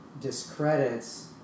discredits